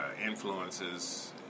influences